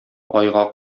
айга